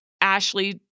Ashley